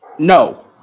No